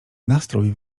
nastrój